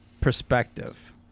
perspective